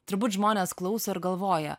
turbūt žmonės klauso ir galvoja